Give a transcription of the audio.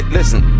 listen